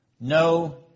no